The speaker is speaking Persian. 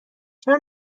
چرا